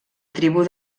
tribu